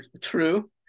true